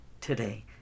today